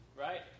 right